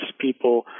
people